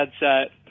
headset